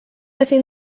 ezin